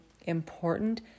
important